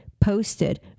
posted